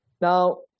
Now